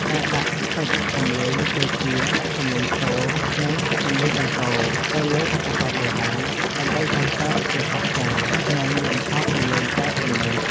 ការដាក់ហ្វិចសំឡេង ដូចជា សំឡេងខ្ទរ និង សំឡេងបន្ទរ ទៅលើឧបករណ៍បុរាណ ដើម្បីបង្កើតភាពអស្ចារ្យ និងលំហសំឡេងបែបទំនើប។